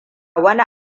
wani